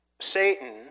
Satan